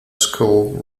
school